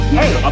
hey